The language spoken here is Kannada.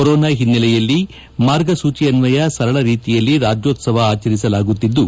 ಕೊರೋನಾ ಹಿನ್ನೆಲೆಯಲ್ಲಿ ಮಾರ್ಗಸೂಚಿ ಅನ್ವಯ ಸರಳ ರೀತಿಯಲ್ಲಿ ರಾಜ್ಯೋತ್ಸವ ಆಚರಿಸಲಾಗುತ್ತಿದ್ದು